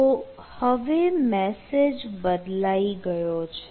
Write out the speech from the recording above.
તો હવે મેસેજ બદલાઈ ગયો છે